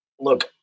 look